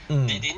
mm